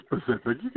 specific